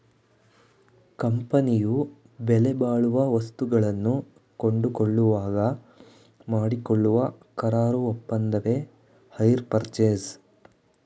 ಕಂಪನಿಯು ಬೆಲೆಬಾಳುವ ವಸ್ತುಗಳನ್ನು ಕೊಂಡುಕೊಳ್ಳುವಾಗ ಮಾಡಿಕೊಳ್ಳುವ ಕರಾರು ಒಪ್ಪಂದವೆ ಹೈರ್ ಪರ್ಚೇಸ್